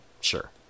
Sure